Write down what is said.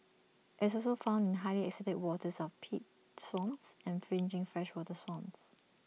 IT is also found in highly acidic waters of peat swamps and fringing freshwater swamps